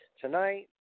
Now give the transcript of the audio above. Tonight